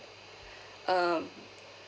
um